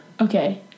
Okay